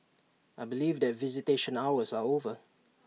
I believe that visitation hours are over